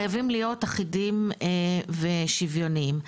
חייבים להיות אחידים ושוויוניים,